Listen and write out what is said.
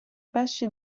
pesci